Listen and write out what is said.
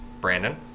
Brandon